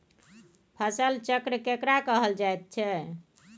फसल चक्र केकरा कहल जायत छै?